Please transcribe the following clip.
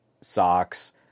socks